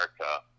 America